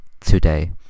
today